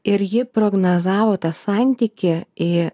ir ji prognozavo tą santykį į